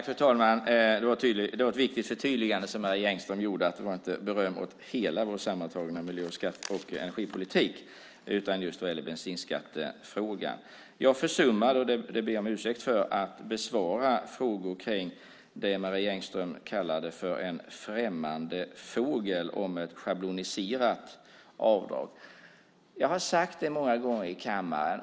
Fru talman! Det var ett viktigt förtydligande som Marie Engström gjorde. Det var inte beröm åt hela vår miljö och energipolitik, utan det var beröm just när det gällde bensinskattefrågan. Jag försummade - det ber jag om ursäkt för - att besvara frågor kring det som Marie Engström kallade för en främmande fågel, ett schabloniserat avdrag. Jag har sagt detta många gånger i kammaren.